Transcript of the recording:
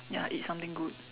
ya eat something good